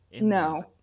no